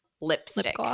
lipstick